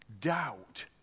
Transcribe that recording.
doubt